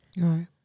Right